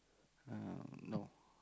uh no